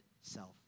self